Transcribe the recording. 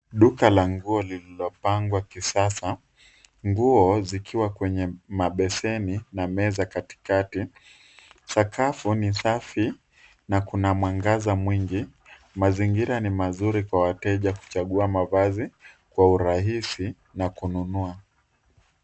Duka la nguo lilipangwa kisasa, nguo zikiwa kwenye mabeseni na meza katikati, sakafu ni safi na kuna mwangaza mwingi, mazingira ni mazuri kwa wateja kuchagua mavazi kwa urahisi na kununua.